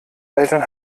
eltern